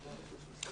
כן.